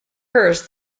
curse